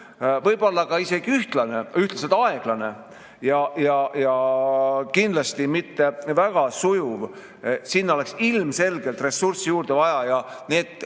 võib-olla isegi ühtlane, ühtlaselt aeglane, aga kindlasti mitte väga sujuv. Sinna oleks ilmselgelt ressurssi juurde vaja. Need